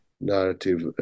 narrative